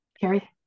Carrie